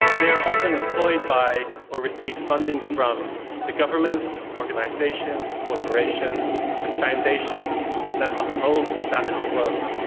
they are often employed by or receive funding from the governments, organisations, corporations and foundations that uphold the status quo.